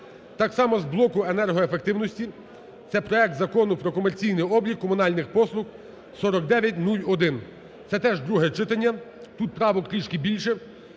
так само з блоку енергоефективності. Це проект Закону про комерційний облік комунальних послуг (4901), це теж друге читання, тут правок трішки більше.